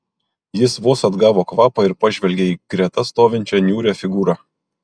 jis vos atgavo kvapą ir pažvelgė į greta stovinčią niūrią figūrą